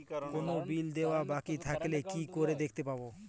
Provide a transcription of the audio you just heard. কোনো বিল দেওয়া বাকী থাকলে কি করে দেখতে পাবো?